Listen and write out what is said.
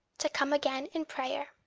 to come again in prayer.